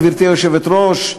גברתי היושבת-ראש,